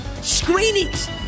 screenings